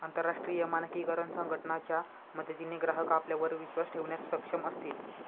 अंतरराष्ट्रीय मानकीकरण संघटना च्या मदतीने ग्राहक आपल्यावर विश्वास ठेवण्यास सक्षम असतील